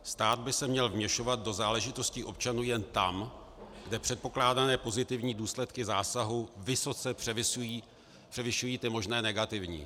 Stát by se měl vměšovat do záležitostí občanů jen tam, kde předpokládané pozitivní důsledky zásahu vysoce převyšují ty možné negativní.